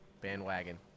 bandwagon